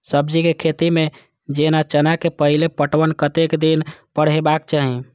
सब्जी के खेती में जेना चना के पहिले पटवन कतेक दिन पर हेबाक चाही?